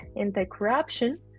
anti-corruption